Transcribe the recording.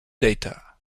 data